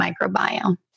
microbiome